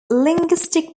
linguistic